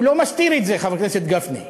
הוא לא מסתיר את זה, חבר הכנסת גפני.